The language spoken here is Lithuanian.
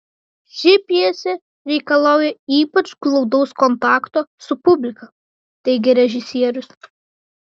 ši pjesė reikalauja ypač glaudaus kontakto su publika teigė režisierius